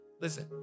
Listen